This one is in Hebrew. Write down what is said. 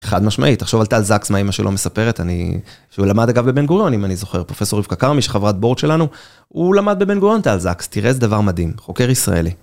חד משמעית, תחשוב על טל זקס, מה אימא שלו מספרת, שהוא למד אגב בבן גוריון, אם אני זוכר, פרופ' רבקה כרמי, שחברת בורד שלנו, הוא למד בבן גוריון, טל זקס, תראה איזה דבר מדהים, חוקר ישראלי.